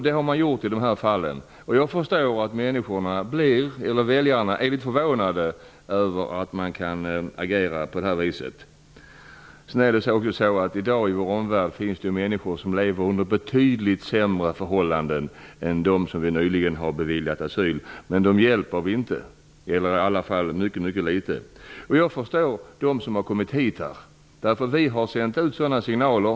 Det har man gjort i dessa fall. Jag förstår att väljarna blir förvånade över att man kan agera på det viset. Sedan är det ju så, att det i vår omvärld i dag finns människor som lever under betydligt sämre förhållanden än de människor som vi nyligen har beviljat asyl. Men dem hjälper vi inte, eller i varje fall ytterst litet. Jag förstår dem som har kommit hit. Vi har ju sänt ut sådana signaler.